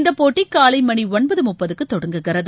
இந்த போட்டி காலை மணி ஒன்பது முப்பதுக்கு தொடங்குகிறது